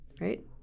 right